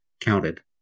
counted